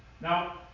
Now